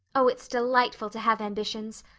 oh, it's delightful to have ambitions.